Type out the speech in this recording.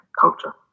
culture